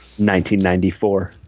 1994